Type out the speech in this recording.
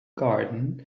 garden